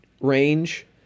range